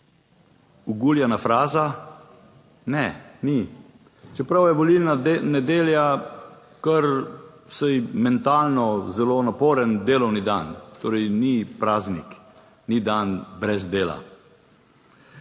oguljena fraza? - ne, ni, čeprav je volilna nedelja kar vsaj mentalno zelo naporen delovni dan, torej ni praznik, ni dan brez dela.